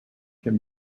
can